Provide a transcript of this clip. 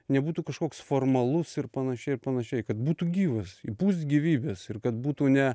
nebūtų kažkoks formalus ir panašiai ir panašiai kad būtų gyvas įpūst gyvybės ir kad būtų ne